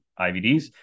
IVDs